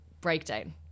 breakdown